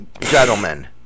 gentlemen